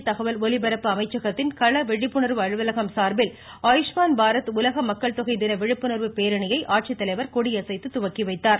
மத்திய தகவல் ஒலிபரப்பு அமைச்சகத்தின் களவிழிப்புணர்வு அலுவலகம் சார்பில் ஆயுஷ்மான் பாரத் உலக மக்கள்தொகை தின விழிப்புணர்வு பேரணியை ஆட்சித்தலைவர் கொடியசைத்து துவக்கிவைத்தார்